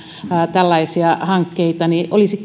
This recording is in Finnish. tällaisia hankkeita olisi